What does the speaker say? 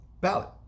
ballot